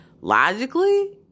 logically